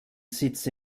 sitz